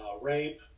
rape